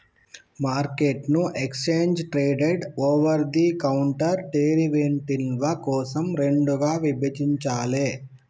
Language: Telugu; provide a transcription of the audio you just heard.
మార్కెట్ను exchange traded, over the counter డెరివేటివ్ల కోసం రెండుగా విభజించాలే